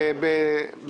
התש"ף-2019.